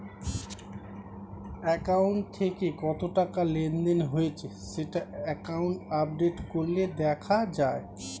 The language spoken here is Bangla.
অ্যাকাউন্ট থেকে কত টাকা লেনদেন হয়েছে সেটা অ্যাকাউন্ট আপডেট করলে দেখা যায়